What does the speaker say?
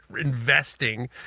investing